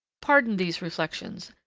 pardon these reflections,